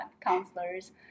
counselors